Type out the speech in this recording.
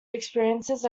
experiences